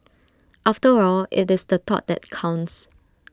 after all it's the thought that counts